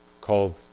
called